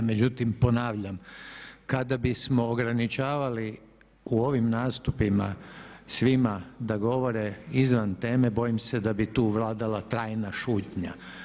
Međutim ponavljam, kada bismo ograničavali u ovim nastupima svima da govore izvan teme bojim se da bi tu vladala trajna šutnja.